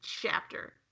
chapter